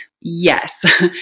yes